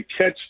catch